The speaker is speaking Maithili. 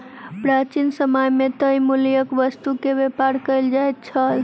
प्राचीन समय मे तय मूल्यक वस्तु के व्यापार कयल जाइत छल